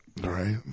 Right